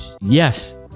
yes